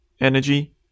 energy